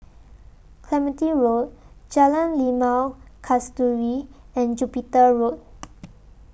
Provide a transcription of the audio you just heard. Clementi Road Jalan Limau Kasturi and Jupiter Road